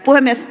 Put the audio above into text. puhemies